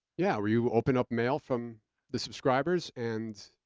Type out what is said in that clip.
yeah, where you open up mail from the subscribers, and.